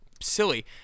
silly